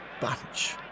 bunch